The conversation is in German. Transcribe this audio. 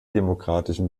demokratischen